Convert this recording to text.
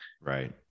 right